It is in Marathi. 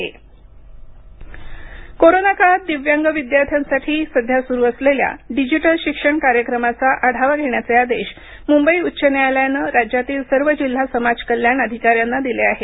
ई लर्निंग कोरोना काळात दिव्यांग विद्यार्थ्यांसाठी सध्या स्रू असलेल्या डिजिटल शिक्षण कार्यक्रमाचा आढावा घेण्याचे आदेश मुंबई उच्च न्यायालयनं राज्यातील सर्व जिल्हा समाज कल्याण अधिकाऱ्यांना दिले आहेत